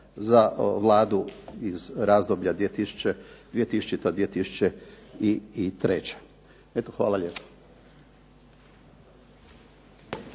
za Vladu iz razdoblja 2000./2003. Eto hvala lijepa.